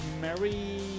Mary